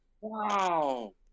Wow